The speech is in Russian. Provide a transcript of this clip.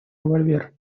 револьвер